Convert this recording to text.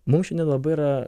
mums šiandien labai yra